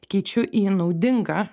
keičiu į naudinga